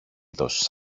δώσεις